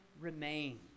remain